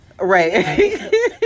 right